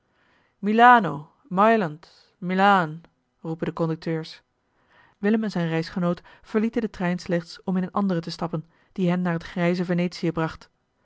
milan roepen de conducteurs willem en zijn reisgenoot verlieten den trein slechts om in een anderen te stappen die hen naar het grijze venetië bracht